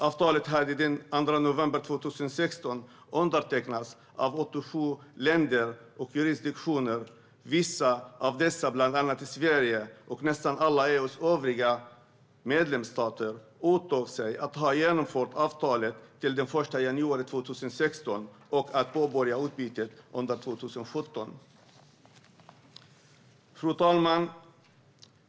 Avtalet hade den 2 november 2016 undertecknats av 87 länder och jurisdiktioner. Vissa av dessa, bland andra Sverige och nästan alla EU:s övriga medlemsstater, åtog sig att ha genomfört avtalet till den 1 januari 2016 och att påbörja utbytet under 2017. Fru talman!